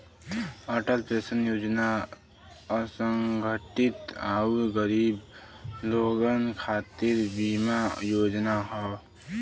Atal pension योजना असंगठित आउर गरीब लोगन खातिर बीमा योजना हौ